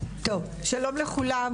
שלום לכולם.